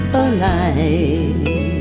alive